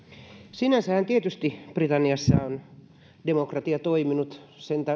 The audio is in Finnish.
sinänsähän tietysti britanniassa demokratia on toiminut